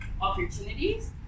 opportunities